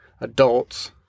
adults